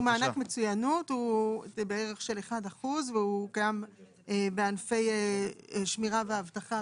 מענק מצוינות שהוא בערך של אחוז אחד והוא קיים בענפי שמירה ואבטחה